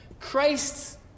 Christ's